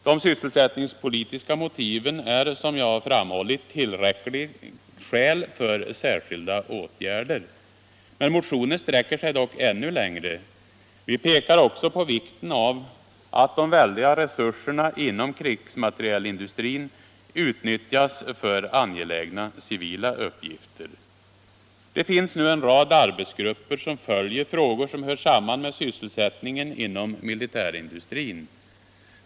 De sysselsättningspolitiska motiven är som jag framhållit tillräckliga skäl för särskilda åtgärder. Motionen sträcker sig dock ännu längre. Vi pekar också på vikten av att de väldiga resurserna inom krigsmaterielindustrin utnyttjas för angelägna civila uppgifter. Det finns nu en rad arbetsgrupper som följer frågor som hör samman med sysselsättningen inom militärindustrin.